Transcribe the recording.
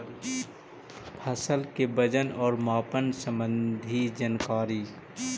फसल के वजन और मापन संबंधी जनकारी?